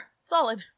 Solid